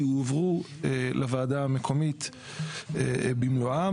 יועברו לוועדה המקומית במלואם.